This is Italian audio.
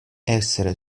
essere